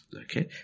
Okay